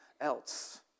else